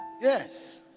yes